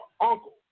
uncle